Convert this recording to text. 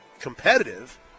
competitive